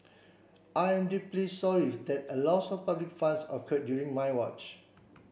I am deeply sorry that a loss of public funds occurred during my watch